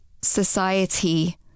society